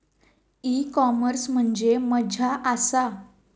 E commerce म्हणजे मझ्या आसा?